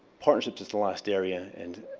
partnership is the last area. and